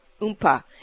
oompa